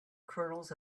kernels